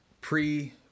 pre